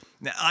Now